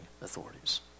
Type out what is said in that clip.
authorities